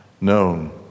known